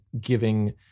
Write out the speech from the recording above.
giving